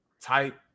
type